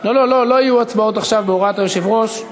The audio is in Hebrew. לא יהיו הצבעות עכשיו בהוראת היושב-ראש.